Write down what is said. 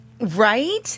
right